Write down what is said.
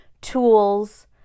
tools